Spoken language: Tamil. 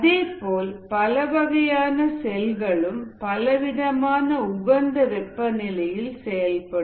அதேபோல பலவகையான செல்களும் பலவிதமான உகந்த வெப்பநிலையில் செயல்படும்